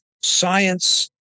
science